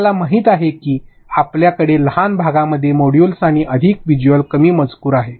आपल्याला माहित आहे की आपल्याकडे लहान भागांमध्ये मोड्यूल्स आणि अधिक व्हिज्युअल कमी मजकूर आहे